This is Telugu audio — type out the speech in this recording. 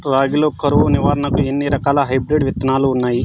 రాగి లో కరువు నివారణకు ఎన్ని రకాల హైబ్రిడ్ విత్తనాలు ఉన్నాయి